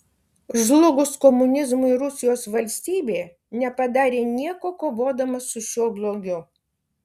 žlugus komunizmui rusijos valstybė nepadarė nieko kovodama su šiuo blogiu